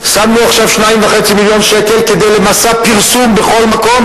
שמנו עכשיו 2.5 מיליון שקל כדי לבצע מסע פרסום בכל מקום.